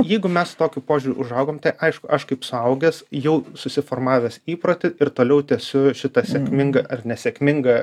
jeigu mes su tokiu požiūriu užaugom tai aišku aš kaip suaugęs jau susiformavęs įprotį ir toliau tęsiu šitą sėkmingą ar nesėkmingą